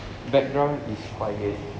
background is quiet